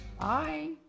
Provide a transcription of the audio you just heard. Bye